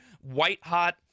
white-hot